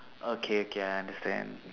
okay okay I understand